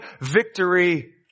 victory